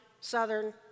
southern